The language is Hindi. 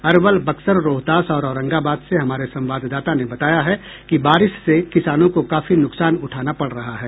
अरवल बक्सर रोहतास और औरंगाबाद से हमारे संवाददाता ने बताया है कि बारिश से किसानों को काफी नुकसान उठाना पड़ रहा है